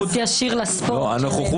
הכנסת, כל הסיעות